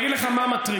אני אגיד לך מה מטריד: